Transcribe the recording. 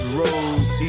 rose